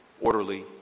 orderly